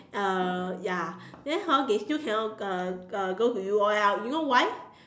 uh ya then hor they still cannot uh uh go to U_O_L you know why